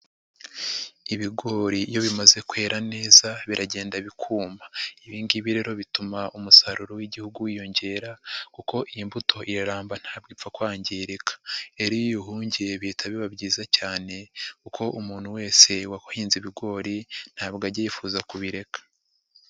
Ibigori iyo bimaze kwera neza biragenda bikuma, ibi ngibi rero bituma umusaruro w'igihugu wiyongera kuko imbuto iraramba ntabwo ipfa kwangirika, rero iyo uyihungiye bihita biba byiza cyane kuko umuntu wese wahinze ibigori ntabwo ajya yifuza kubireka.